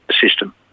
system